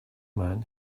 man